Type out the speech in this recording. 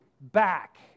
back